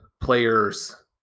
players